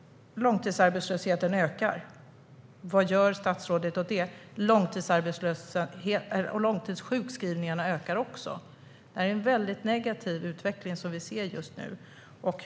Min sista fråga är: Vad gör statsrådet åt det? Långtidssjukskrivningarna ökar också. Det är en väldigt negativ utveckling som vi ser just nu.